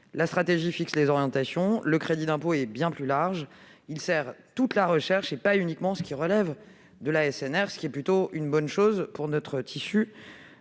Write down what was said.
nationale fixe des orientations ; le crédit d'impôt est bien plus large : il sert toute la recherche et pas uniquement celle qui relève de la SNR, ce qui est plutôt une bonne chose pour notre tissu